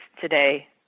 today